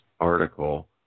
article